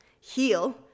heal